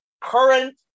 current